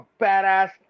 badass